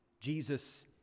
Jesus